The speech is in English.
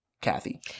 Kathy